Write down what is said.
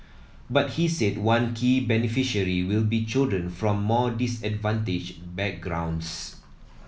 but he said one key beneficiary will be children from more disadvantaged backgrounds